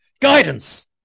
guidance